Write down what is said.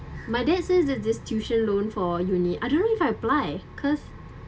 my dad says that this tuition loan for uni I don't know if I apply cause